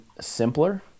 simpler